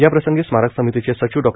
याप्रसंगी स्मारक समितीचे सचिव डॉ